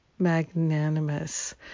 magnanimous